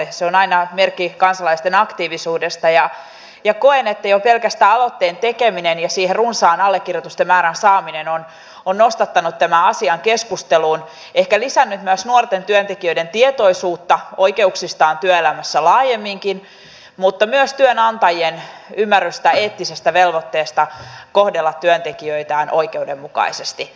se on aina merkki kansalaisten aktiivisuudesta ja koen että jo pelkästään aloitteen tekeminen ja runsaan allekirjoitusten määrän saaminen siihen on nostattanut tämän asian keskusteluun ehkä lisännyt myös nuorten työntekijöiden tietoisuutta oikeuksistaan työelämässä laajemminkin mutta myös työnantajien ymmärrystä eettisestä velvoitteesta kohdella työntekijöitään oikeudenmukaisesti